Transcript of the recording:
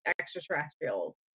extraterrestrial